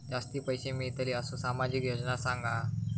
जास्ती पैशे मिळतील असो सामाजिक योजना सांगा?